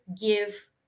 give